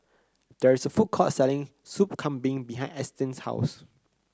there is a food court selling Soup Kambing behind Ashtyn's house